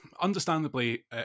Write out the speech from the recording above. understandably